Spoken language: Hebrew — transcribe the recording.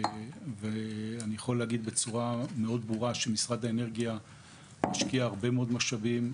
אני יכול להגיד בצורה מאוד ברורה שמשרד האנרגיה משקיע הרבה מאוד משאבים,